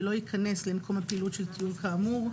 ולא ייכנס למקום הפעילות של טיול כאמור,